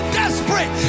desperate